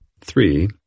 three